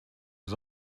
was